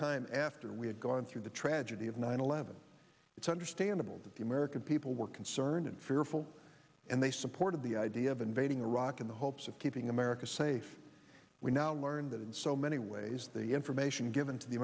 time after we had gone through the tragedy of nine eleven it's understandable that the american people were concerned and fearful and they supported the idea of invading iraq in the hopes of keeping america safe we now learn that in so many ways the information given to the